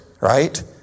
right